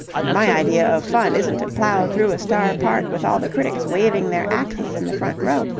and my idea of fun isn't to plough through a star part with all the critics waving their axes in the front row,